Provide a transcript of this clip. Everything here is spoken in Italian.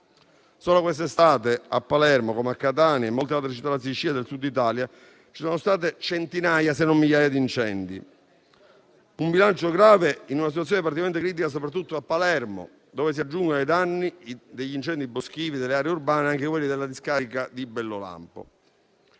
Solo questa estate a Palermo, come a Catania e in molte altre città della Sicilia e del Sud Italia, ci sono stati centinaia, se non migliaia, di incendi. Un bilancio grave e una situazione particolarmente critica si registra soprattutto a Palermo, dove i danni degli incendi boschivi delle aree urbane si aggiungono a quelli della discarica cittadina di Bellolampo.